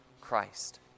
Christ